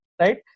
right